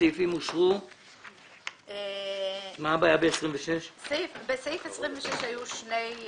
הצבעה בעד פה אחד סעיפים 20, 22, 23,